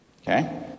Okay